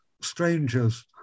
strangers